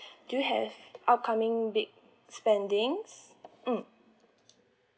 do you have upcoming big spendings mm